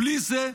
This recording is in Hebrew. בלי זה,